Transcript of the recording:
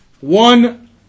one